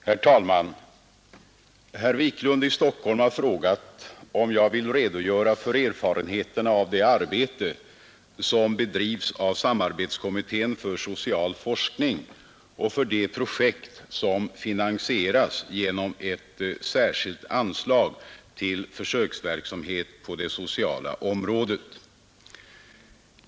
Herr talman! Herr Wiklund i Stockholm har frågat om jag vill redogöra för erfarenheterna av det arbete som bedrivs av samarbetskommittén för social forskning och för de projekt som finansieras genom ett särskilt anslag till försöksverksamhet på det sociala området.